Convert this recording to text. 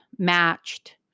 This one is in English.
matched